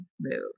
move